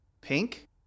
pink